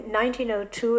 1902